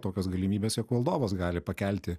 tokios galimybės jog valdovas gali pakelti